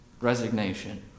Resignation